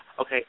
okay